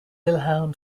wilhelm